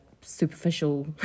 superficial